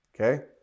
Okay